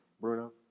Bruno